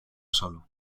solo